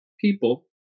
People